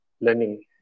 learning